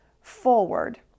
forward